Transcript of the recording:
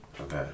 Okay